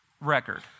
record